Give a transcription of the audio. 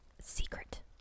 secret